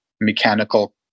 mechanical